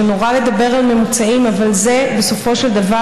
זה נורא לדבר על ממוצעים אבל זה בסופו של דבר,